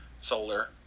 solar